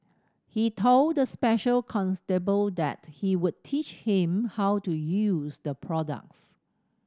he told the special constable that he would teach him how to use the products